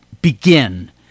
begin